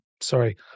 sorry